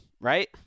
right